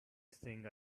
thing